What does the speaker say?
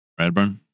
Radburn